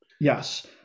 Yes